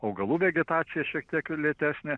augalų vegetacija šiek tiek lėtesnė